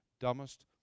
dumbest